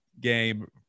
game